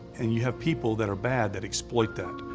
and you have people that are bad that exploit that.